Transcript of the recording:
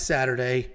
Saturday